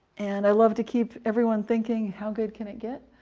and i'd love to keep everyone thinking how good can it get?